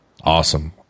awesome